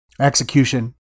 Execution